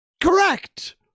Correct